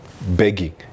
begging